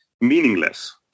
meaningless